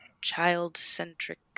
child-centric